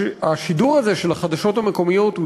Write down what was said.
השידור הזה של החדשות המקומיות הוא